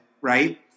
right